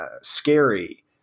scary